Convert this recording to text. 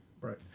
right